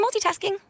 multitasking